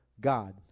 God